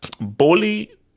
Bully